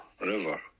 River